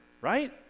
right